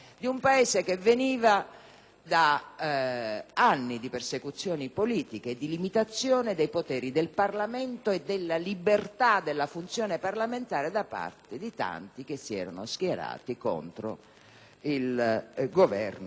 da anni di persecuzioni politiche e di limitazione dei poteri del Parlamento e della libertà della funzione parlamentare per i tanti che si erano schierati contro il Governo Mussolini.